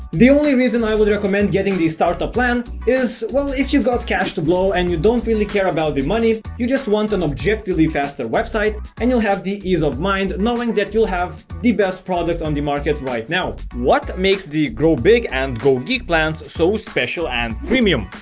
the only reason i would recommend getting the startup plan is well if you've got cash to blow and you don't really care about the money you just want an objectively faster website and you'll have the ease of mind knowing that you'll have the best product on the market right now. what makes the grow big and gogeek plans so special and premium?